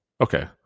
Okay